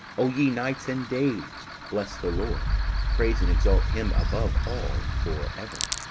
o ye nights and days, bless the lord praise and exalt him above all for ever.